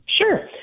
Sure